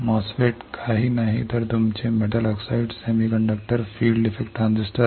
MOSFET काही नाही परंतु तुमचे metal oxide semiconductor field effect transistor